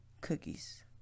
cookies